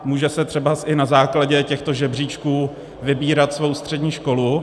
Může si třeba i na základě těchto žebříčků vybírat svou střední školu.